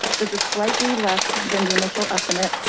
this is slightly less than the initial estimate,